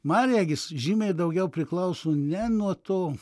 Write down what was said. man regis žymiai daugiau priklauso ne nuo to